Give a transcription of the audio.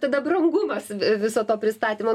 tada brangumas viso to pristatymo